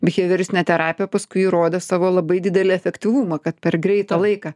bihevioristinė terapija paskui įrodė savo labai didelį efektyvumą kad per greitą laiką